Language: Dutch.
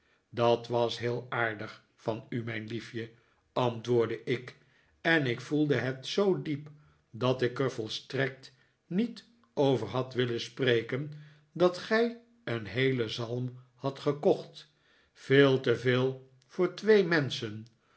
dat was heel aardig van u mijn liefje antwoordde ik en ik voelde het zoo diep dat ik er volstrekt niet over had willen spreken dat gij een heelen zalm had gekocht veel te veel voor twee menschen